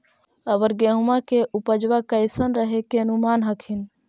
अबर गेहुमा के उपजबा कैसन रहे के अनुमान हखिन?